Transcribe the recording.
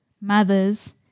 mothers